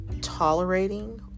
tolerating